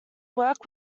work